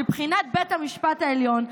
מבחינת בית המשפט העליון,